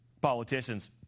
politicians